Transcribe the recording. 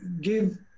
give